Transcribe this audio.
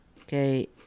Okay